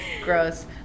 Gross